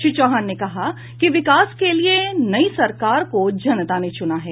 श्री चौहान ने कहा कि विकास के लिये नई सरकार को जनता ने चुना है